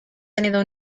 tenido